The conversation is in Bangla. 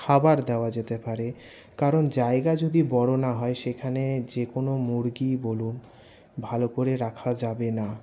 খাবার দেওয়া যেতে পারে কারণ জায়গা যদি বড়ো না হয় সেখানে যে কোনো মুরগি বলুন ভালো করে রাখা যাবে না